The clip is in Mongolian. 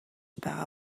байгаа